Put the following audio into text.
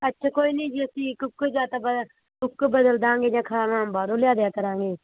ਅੱਛਾ ਕੋਈ ਨਹੀਂ ਜੀ ਅਸੀਂ ਕੁੱਕ ਜਾਂ ਤਾਂ ਕੁੱਕ ਬਦਲ ਦੇਵਾਂਗੇ ਜਾਂ ਖਾਣਾ ਬਾਹਰੋਂ ਲਿਆ ਦਿਆ ਕਰਾਂਗੇ